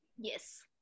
Yes